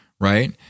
right